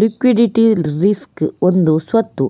liquidity risk ಒಂದು ಸ್ವತ್ತು